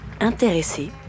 intéressé